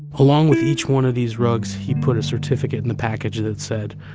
along with each one of these rugs, he put a certificate in the package that said,